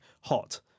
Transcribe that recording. hot